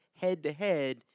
head-to-head